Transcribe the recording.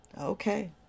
Okay